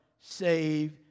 Save